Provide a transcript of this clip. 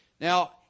Now